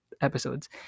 episodes